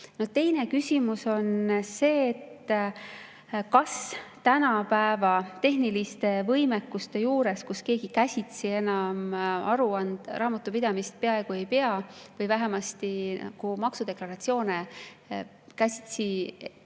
Teine küsimus on see, kas tänapäeva tehniliste võimekuste juures, kui keegi peaaegu enam käsitsi raamatupidamist ei pea või vähemasti maksudeklaratsioone käsitsi